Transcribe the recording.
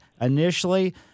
initially